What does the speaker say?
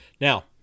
Now